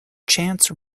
chance